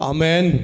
Amen